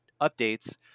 updates